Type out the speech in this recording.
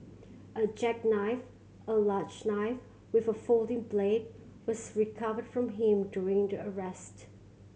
a jackknife a large knife with a folding blade was recovered from him during the arrest